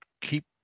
keep